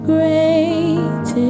Great